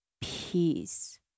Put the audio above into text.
peace